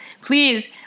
please